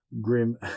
grim